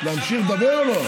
להמשיך לדבר או לא?